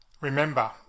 Remember